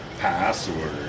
password